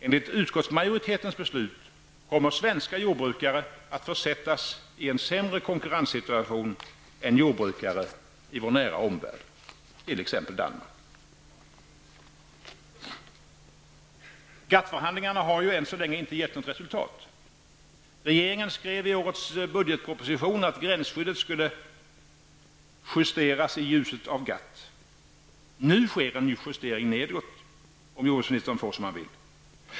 Enligt utskottsmajoritetens beslut kommer svenska jordbrukare att försättas i en sämre konkurrenssituation än jordbrukare i vår nära omvärld, t.ex. Danmark. GATT-förhandlingarna har ännu inte gett något resultat. Regeringen skrev i årets budgetproposition att gränsskyddet skulle ''justeras i ljuset av GATT''. Nu sker en justering neråt, om jordbruksministern får som han vill.